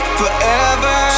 forever